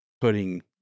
putting